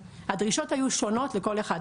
הדרישות היו שונות לכל אחד,